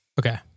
Okay